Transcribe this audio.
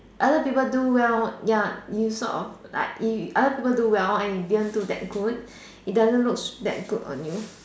other people do well ya is not of like other people do well and you did not do that good it does not look that good on you